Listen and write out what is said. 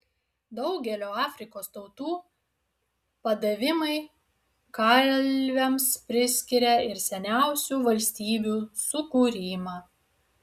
daugelio afrikos tautų padavimai kalviams priskiria ir seniausių valstybių sukūrimą